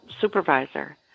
supervisor